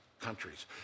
countries